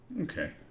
Okay